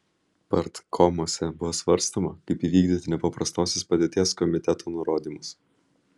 partkomuose buvo svarstoma kaip įvykdyti nepaprastosios padėties komiteto nurodymus